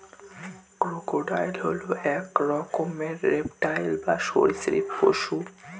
crocodile হল এক রকমের রেপ্টাইল বা সরীসৃপ পশু